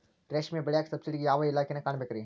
ರೇಷ್ಮಿ ಬೆಳಿಯಾಕ ಸಬ್ಸಿಡಿಗೆ ಯಾವ ಇಲಾಖೆನ ಕಾಣಬೇಕ್ರೇ?